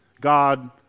God